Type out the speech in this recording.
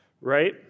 Right